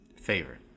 Favorite